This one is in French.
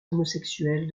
homosexuels